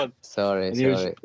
sorry